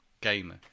gamer